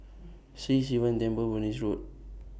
Sri Sivan Temple Road